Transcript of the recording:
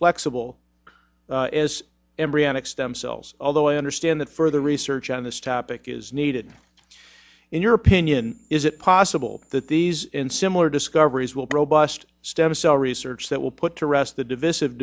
flexible as embryonic stem cells although i understand that further research on this topic is needed in your opinion is it possible that these in similar discoveries will grow bost stem cell research that will put to rest the divison